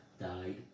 died